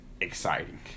exciting